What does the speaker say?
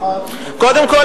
קודם כול,